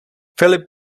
filip